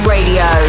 Radio